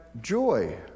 joy